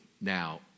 now